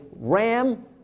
ram